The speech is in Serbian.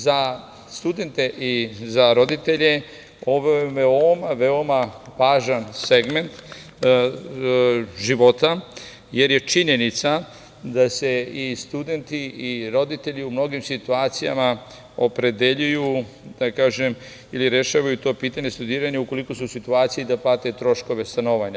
Za studente i za roditelje ovo je veoma, veoma važan segment života, jer je činjenica da se i studenti i roditelji u mnogim situacijama opredeljuju ili rešavaju to pitanje studiranja ukoliko su u situaciji da plate troškove stanovanja.